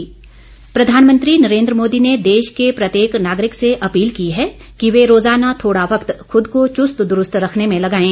प्रधानमंत्री प्रधानमंत्री नरेन्द्र मोदी ने देश के प्रत्येक नागरिक से अपील की है कि वे रोजाना थोड़ा वक्त खुद को चुस्त दुरस्त रखने में लगाएं